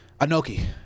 Anoki